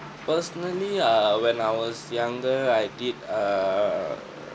personally err when I was younger I did err